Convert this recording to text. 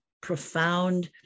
profound